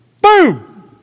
Boom